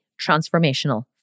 transformational